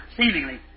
seemingly